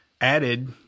added